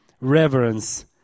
reverence